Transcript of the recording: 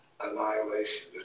annihilation